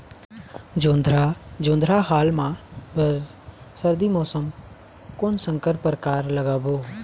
जोंधरा जोन्धरा हाल मा बर सर्दी मौसम कोन संकर परकार लगाबो?